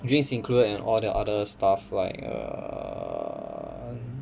drinks included and all that other stuff like err